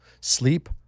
sleep